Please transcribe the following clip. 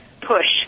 push